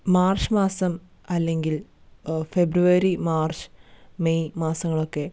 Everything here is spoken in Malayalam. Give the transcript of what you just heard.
മാർഷ് മാസം അല്ലെങ്കിൽ ഫെബ്രുവരി മാർച്ച് മെയ് മാസങ്ങളൊക്കെ